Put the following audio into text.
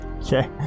Okay